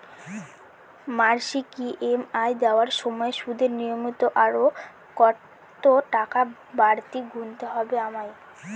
মাসিক ই.এম.আই দেওয়ার সময়ে সুদের নিমিত্ত আরো কতটাকা বাড়তি গুণতে হবে আমায়?